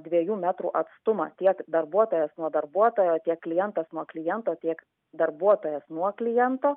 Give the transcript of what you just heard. dviejų metrų atstumą tiek darbuotojas nuo darbuotojo tiek klientas nuo kliento tiek darbuotojas nuo kliento